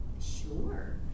sure